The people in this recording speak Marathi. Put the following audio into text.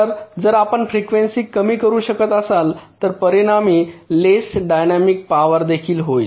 तर जर आपण फ्रिकवेंसी कमी करू शकत असाल तर परिणामी लेस डायनॅमिक पॉवर देखील होईल